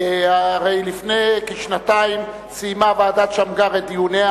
הרי לפני כשנתיים סיימה ועדת-שמגר את דיוניה